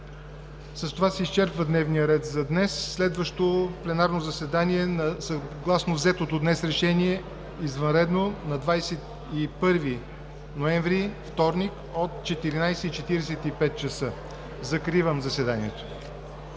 С това се изчерпва дневния ред за днес. Следващо пленарно заседание, съгласно взетото днес решение, е извънредно – на 21 ноември 2017 г., вторник, от 14,45 ч. Закривам заседанието.